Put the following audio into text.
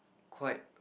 quite